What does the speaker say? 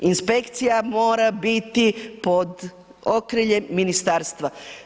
Inspekcija mora biti pod okriljem ministarstva.